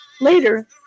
Later